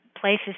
places